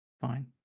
Fine